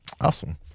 Awesome